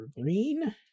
green